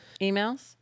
emails